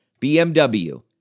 BMW